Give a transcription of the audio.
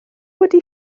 wedi